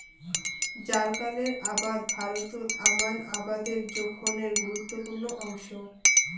জ্বারকালের আবাদ ভারতত আমান আবাদের জোখনের গুরুত্বপূর্ণ অংশ